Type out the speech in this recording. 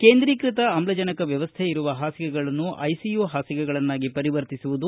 ಕೇಂದ್ರೀಕೃತ ಆಮ್ಲಜನಕ ವ್ವವಸ್ಥೆ ಇರುವ ಹಾಸಿಗೆಗಳನ್ನು ಐಸಿಯು ಹಾಸಿಗೆಗಳನ್ನಾಗಿ ಪರಿವರ್ತಿಸುವುದು